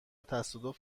تصادف